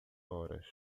horas